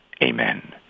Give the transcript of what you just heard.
Amen